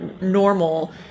normal